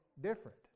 different